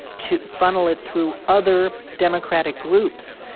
to funnel it through other democratic groups,